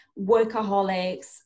workaholics